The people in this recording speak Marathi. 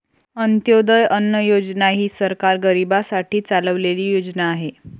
अंत्योदय अन्न योजना ही सरकार गरीबांसाठी चालवलेली योजना आहे